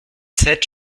sept